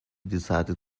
decided